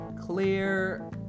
clear